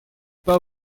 pas